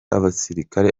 abasirikare